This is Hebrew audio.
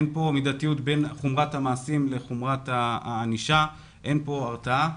אין כאן מידתיות בין חומרת המעשים לחומרת הענישה ואין כאן הרתעה.